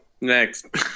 Next